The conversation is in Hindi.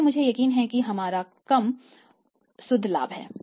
इसलिए मुझे यकीन है कि मेरा कम शुद्ध लाभ है